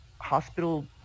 hospital